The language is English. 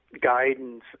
Guidance